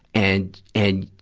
and, and,